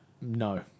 No